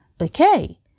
Okay